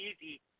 easy